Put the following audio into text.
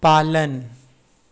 पालन